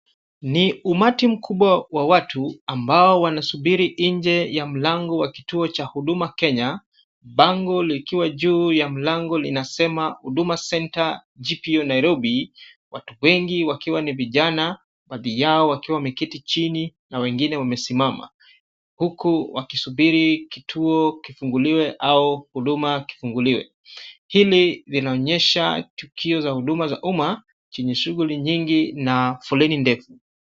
Ni umati mkubwa wa watu ambao wanasubiri nje ya mlango wa kituo cha Huduma Kenya, bango likiwa juu ya mlango linasema Huduma Center GPU Nairobi ,watu wengi wakiwa ni vijana, baadhi yao wakiwa wameketi chini na wengine wamesimama, huku wakisubiri kituo kifunguliwe au huduma kifunguliwe hili linaonyesha tukio za huduma za umma chenye shughuli nyingi na foleni ndefu.